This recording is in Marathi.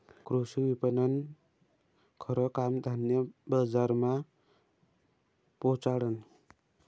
कृषी विपणननं खरं काम धान्य बजारमा पोचाडनं